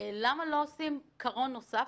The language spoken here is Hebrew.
למה לא עושים קרון נוסף,